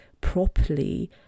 properly